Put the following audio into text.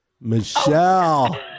Michelle